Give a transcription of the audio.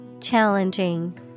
Challenging